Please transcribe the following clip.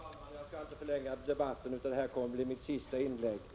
Herr talman! Jag skall inte förlänga debatten, utan det här kommer att bli mitt sista inlägg.